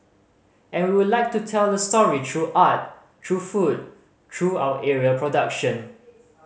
and we like to tell the story through art through food through our aerial production